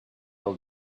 all